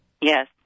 Yes